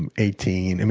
and eighteen. and